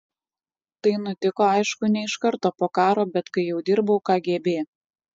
tai nutiko aišku ne iš karto po karo bet kai jau dirbau kgb